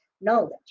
knowledge